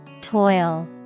Toil